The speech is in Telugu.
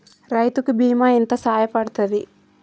రైతు కి బీమా ఎంత సాయపడ్తది?